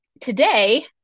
today